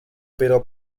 pero